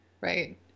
Right